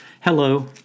hello